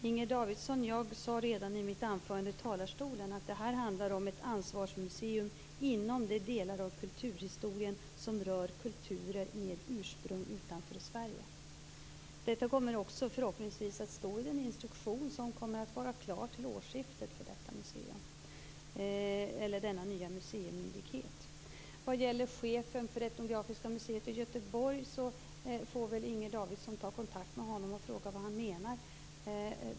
Fru talman! Jag sade redan i mitt anförande från talarstolen, Inger Davidson, att det handlar om ett ansvarsmuseum inom de delar av kulturhistorien som rör kulturer med ursprung utanför Sverige. Detta kommer också förhoppningsvis att stå i den instruktion som kommer att vara klar till årsskiftet för detta nya museum, eller denna nya museimyndighet. Vad gäller chefen för Etnografiska museet i Göteborg får väl Inger Davidson ta kontakt med honom och fråga vad han menar.